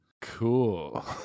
Cool